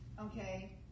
okay